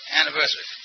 anniversary